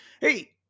Hey